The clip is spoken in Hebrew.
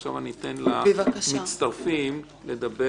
עכשיו אני אתן למצטרפים לדבר.